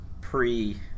pre